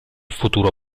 futuro